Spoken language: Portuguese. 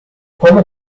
como